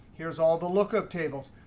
here's all the lookup tables.